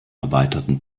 erweiterten